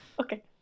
Okay